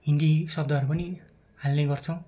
हिन्दी शब्दहरू पनि हाल्ने गर्छौँ